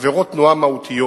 עבירות תנועה מהותיות.